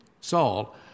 Saul